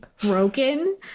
broken